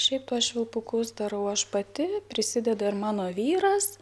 šiaip tuos švilpukus darau aš pati prisideda ir mano vyras